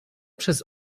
przez